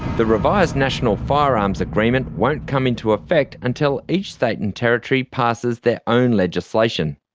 the revised national firearms agreement won't come into effect until each state and territory passes their own legislation.